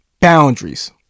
boundaries